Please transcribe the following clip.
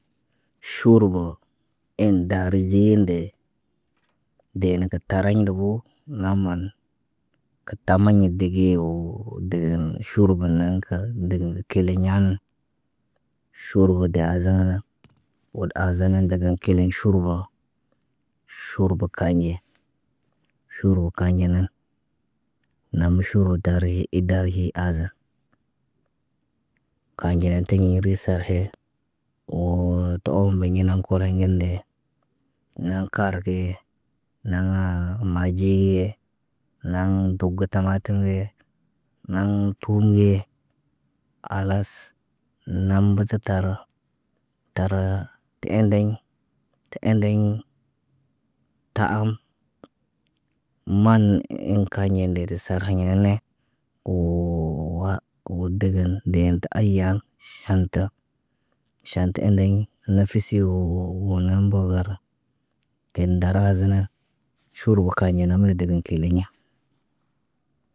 Ʃuruba en dariɟeyen de dee ne kə taraɲ ndogo, naman kətaman dege woo dege nuuʃ ʃuruba naŋg ka degen kəle ɲahan. Ʃurba daaza nana wot aaza na ndagan kileɲ ʃurba. Ʃurba kanɟe, ʃurba kanɟe nan. Nam ʃurba daari idarii hi aza. Kanɟe na tiɲe risa he woo to oombiŋgina koloɲ gen ndee. Naŋg kar ge, naŋg maɟi ge, naŋg duga tamatim ge, naŋg tum ge, khalas nambata tarə tar tə ẽdeɲ tə ẽdeɲ. Taam maan en kanɟen le te sara haɲ ne. Woo wah wo degen ndee tə ayen. Ʃanta, ʃanta ẽdeɲ nafasi woo nambar wara, ken ndarazenə. Ʃurba kanɟe na mə dədən keleɲa.